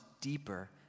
deeper